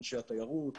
אנשי התיירות,